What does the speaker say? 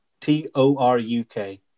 T-O-R-U-K